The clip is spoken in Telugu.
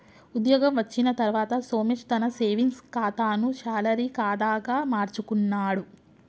ఉద్యోగం వచ్చిన తర్వాత సోమేశ్ తన సేవింగ్స్ కాతాను శాలరీ కాదా గా మార్చుకున్నాడు